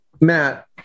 Matt